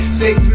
six